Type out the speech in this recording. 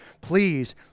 please